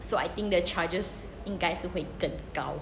so I think the charges 应该会更高